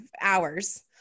hours